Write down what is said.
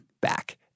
back